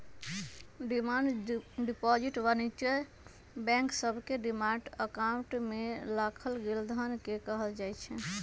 demand deposit वाणिज्यिक bank सभके demand account में राखल गेल धन के कहल जाइ छै